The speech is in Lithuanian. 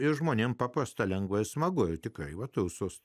ir žmonėms paprasta lengva smagu ir tik va tausus